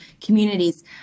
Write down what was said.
communities